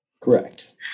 Correct